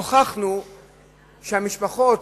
הוכחנו שהמשפחות